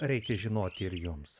reikia žinoti ir jums